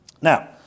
Now